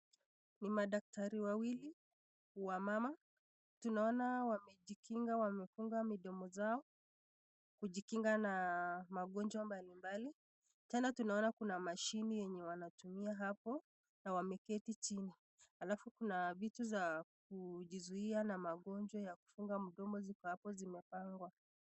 Ni madaktari wawili wa mama. Tunaona wamejikinga wamefunga midomo yao kujikinga na magonjwa mbalimbali. Tena tunaona kuna mashine yenye wanatumia hapo na wameketi chini. Halafu kuna vitu za kujizuia na magonjwa ya kufunga mdomo ziko hapo zimepangwa.